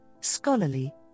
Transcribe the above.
scholarly